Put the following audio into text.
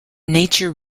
nature